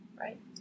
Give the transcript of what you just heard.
right